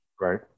Right